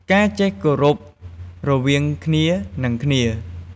ការចេះគោរពរវាងគ្នានិងគ្នា។